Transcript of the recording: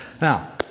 Now